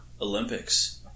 Olympics